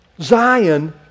Zion